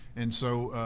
and so,